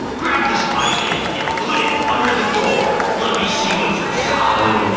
grab the spy pen and put it under the door. let me see what's inside.